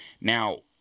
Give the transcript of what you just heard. Now